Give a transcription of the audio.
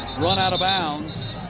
run out of bounds.